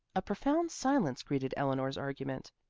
a profound silence greeted eleanor's argument.